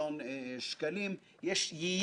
לא מתקציב הבנקים על חשבון הציבור.